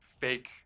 fake